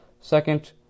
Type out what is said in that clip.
Second